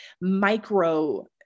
micro